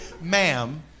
Ma'am